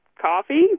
coffee